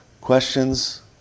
Questions